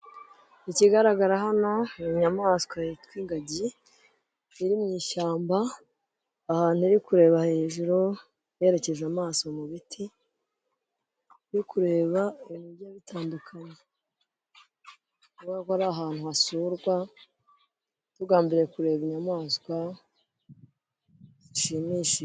Ikigaragara hano ni inyamaswa yitwa ingagi, iri mu ishyamba, ahantu iri kureba hejuru yerekeje amaso mu biti, iri kureba ibintu bigiye bitandukanye, buvuga ko ahantu hasurwa tugambiriye kureba inyamaswa zishimishije.